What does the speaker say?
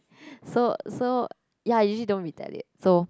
so so ya usually don't retaliate so